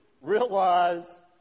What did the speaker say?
realize